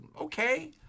okay